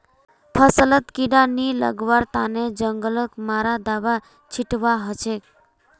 फसलत कीड़ा नी लगवार तने जंगल मारा दाबा छिटवा हछेक